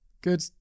good